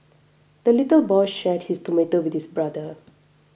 the little boy shared his tomato with his brother